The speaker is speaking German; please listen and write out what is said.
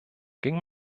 ging